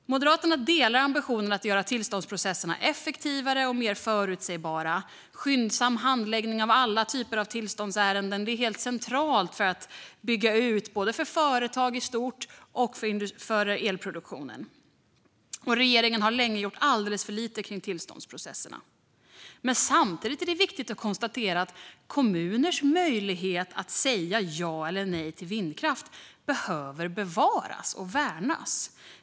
Moderaterna delar ambitionen att göra tillståndsprocesserna effektivare och mer förutsägbara. En skyndsam handläggning av alla typer av tillståndsärenden är helt central för att man ska kunna bygga ut; det gäller både företag i stort och elproduktionen. Regeringen har länge gjort alldeles för lite kring tillståndsprocesserna. Men samtidigt är det viktigt att konstatera att kommuners möjligheter att säga ja eller nej till vindkraft behöver bevaras och värnas.